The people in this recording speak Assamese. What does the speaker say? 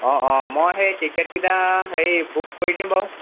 অঁ অঁ মই সেই টিকেটকিটা হেৰি বুক কৰি দিম বাৰু